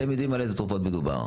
אתם יודעים על איזה תרופות מדובר.